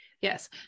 Yes